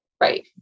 Right